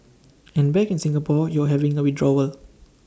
and back in Singapore you're having A withdrawal